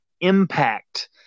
impact